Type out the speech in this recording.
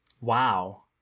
Wow